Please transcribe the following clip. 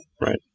right